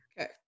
Okay